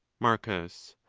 marcus.